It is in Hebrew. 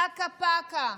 פקה-פקה.